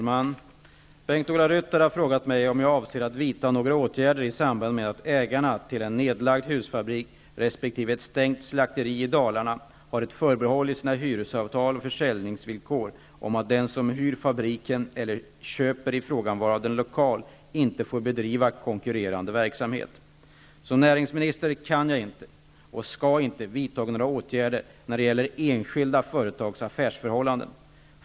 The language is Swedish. Fru talman! Bengt-Ola Ryttar har frågat mig om jag avser att vidta några åtgärder i samband med att ägarna till en nedlagd husfabrik resp. ett stängt slakteri i Dalarna har ett förbehåll i sina hyresavtal och försäljningsvillkor om att den som hyr fabriken eller köper ifrågavarande lokal inte får bedriva konkurrerande verksamhet. Som näringsminister kan jag inte, och skall inte, vidta några åtgärder när det gäller enskilda företags affärsförhållanden.